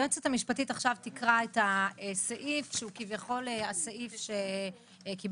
היועצת המשפטית עכשיו תקרא את הסעיף שהוא כביכול הסעיף שקיבלנו